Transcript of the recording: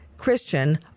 Christian